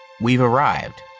we've arrived,